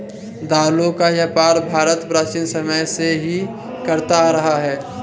दालों का व्यापार भारत प्राचीन समय से ही करता आ रहा है